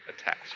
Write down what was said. attacks